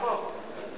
את